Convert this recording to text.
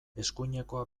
eskuinekoa